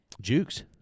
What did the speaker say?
Jukes